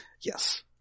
Yes